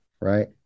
Right